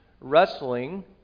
wrestling